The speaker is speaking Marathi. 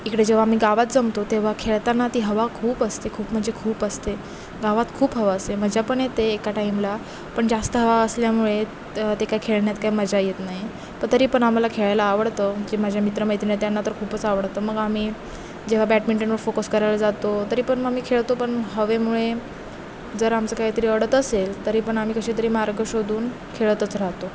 इकडे जेव्हा आम्ही गावात जमतो तेव्हा खेळताना ती हवा खूप असते खूप म्हणजे खूप असते गावात खूप हवा असते मजा पण येते एका टाईमला पण जास्त हवा असल्यामुळे ते काय खेळण्यात काय मजा येत नाही प तरी पण आम्हाला खेळायला आवडतं जे माझ्या मित्र मैत्रिणी त्यांना तर खूपच आवडतं मग आम्ही जेव्हा बॅटमिंटनवर फोकस करायला जातो तरी पण मग मी खेळतो पण हवेमुळे जर आमचं काहीतरी अडत असेल तरी पण आम्ही कसे तरी मार्ग शोधून खेळतच राहतो